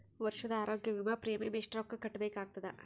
ವರ್ಷದ ಆರೋಗ್ಯ ವಿಮಾ ಪ್ರೀಮಿಯಂ ಎಷ್ಟ ರೊಕ್ಕ ಕಟ್ಟಬೇಕಾಗತದ?